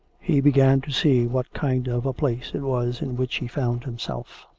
he began to see what kind of a place it was in which he found himself.